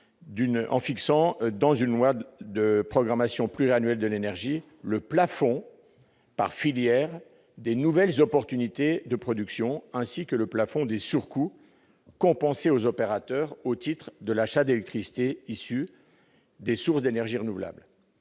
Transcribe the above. en fixant dans une loi de programmation pluriannuelle de l'énergie le plafond par filière des nouvelles opportunités de production, ainsi que le plafond des surcoûts compensés aux opérateurs au titre de l'achat d'électricité issue de sources d'énergies renouvelables.